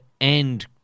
end